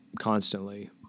constantly